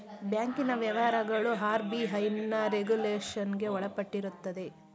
ಬ್ಯಾಂಕಿನ ವ್ಯವಹಾರಗಳು ಆರ್.ಬಿ.ಐನ ರೆಗುಲೇಷನ್ಗೆ ಒಳಪಟ್ಟಿರುತ್ತದೆ